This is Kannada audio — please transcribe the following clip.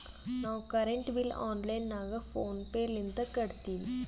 ನಾವು ಕರೆಂಟ್ ಬಿಲ್ ಆನ್ಲೈನ್ ನಾಗ ಫೋನ್ ಪೇ ಲಿಂತ ಕಟ್ಟತ್ತಿವಿ